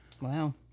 Wow